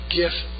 gift